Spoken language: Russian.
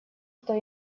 кто